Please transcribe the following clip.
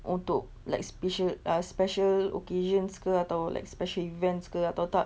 untuk like special ah special occasions ke atau like special events ke atau tak